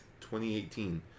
2018